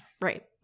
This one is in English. Right